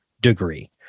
degree